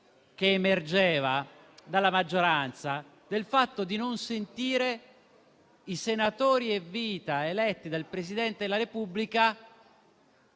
che emergeva dalla maggioranza in merito al fatto di non sentire i senatori a vita eletti dal Presidente della Repubblica